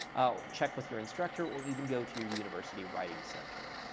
check with your instructor, or even go to your university writing center.